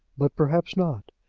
but perhaps not.